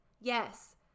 Yes